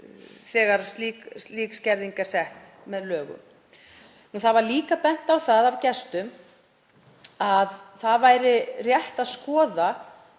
þegar slík skerðing er sett með lögum. Það var líka bent á það af gestum að rétt væri að skoða